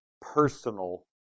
personal